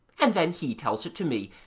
and then he tells it to me,